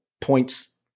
points